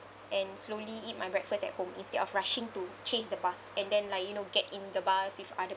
and slowly eat my breakfast at home instead of rushing to chase the bus and then like you know get in the bus with other